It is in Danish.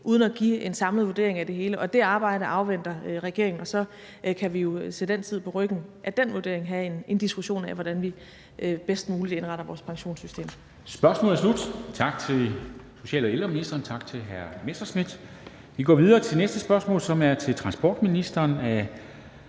uden at give en samlet vurdering af det hele. Det arbejde afventer regeringen, og så kan vi jo til den tid på ryggen af den vurdering have en diskussion af, hvordan vi bedst muligt indretter vores pensionssystem.